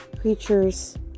Creatures